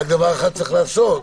רק דבר אחד צריך לעשות,